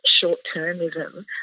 short-termism